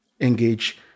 engage